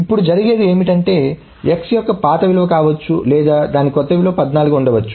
ఇప్పుడు జరిగేది ఏమిటంటే x యొక్క పాత విలువ కావచ్చు లేదా దానికి కొత్త విలువ 14 ఉండవచ్చు